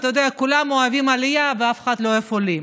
אתה יודע: כולם אוהבים עלייה ואף אחד לא עולים.